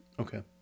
Okay